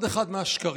עוד אחד מהשקרים.